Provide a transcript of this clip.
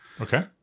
Okay